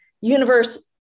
universe